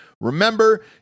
Remember